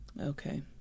Okay